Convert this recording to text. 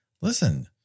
listen